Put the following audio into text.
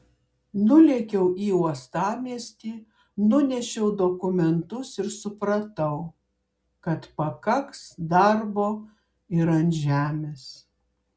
nulėkiau į uostamiestį nunešiau dokumentus ir supratau kad pakaks darbo ir ant žemės